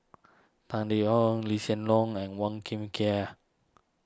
Tan Yeok Lee Hsien Loong and Wong kin Ken